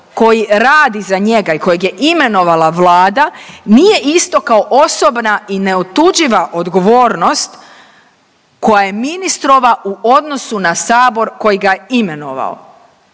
koji radi za njega i kojeg je imenovala Vlada, nije isto kao osobna i neotuđiva odgovornost koja je ministrova u odnosu na sabor koji ga je imenovao.